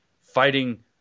fighting